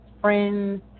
friends